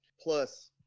Plus